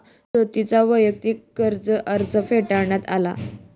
ज्योतीचा वैयक्तिक कर्ज अर्ज फेटाळण्यात आला